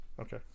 Okay